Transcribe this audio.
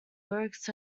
lyrics